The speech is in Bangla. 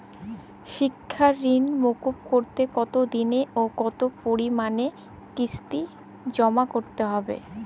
শিক্ষার ঋণ মুকুব করতে কতোদিনে ও কতো পরিমাণে কিস্তি জমা করতে হবে?